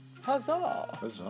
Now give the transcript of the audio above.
Huzzah